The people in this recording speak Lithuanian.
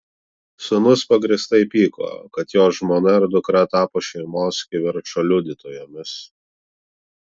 sūnus pagrįstai pyko kad jo žmona ir dukra tapo šeimos kivirčo liudytojomis